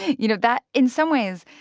you know, that in some ways,